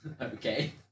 Okay